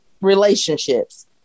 relationships